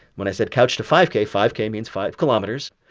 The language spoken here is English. when i said couch to five k, five k means five kilometers.